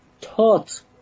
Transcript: taught